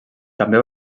també